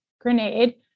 grenade